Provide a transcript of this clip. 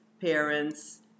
parents